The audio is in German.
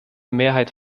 mehrheit